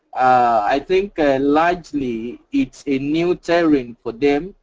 i think largely it's a new tariff for them,